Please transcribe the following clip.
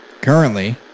Currently